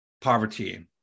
poverty